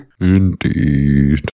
Indeed